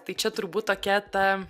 tai čia turbūt tokia ta